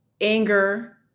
anger